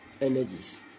energies